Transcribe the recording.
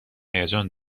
هیجان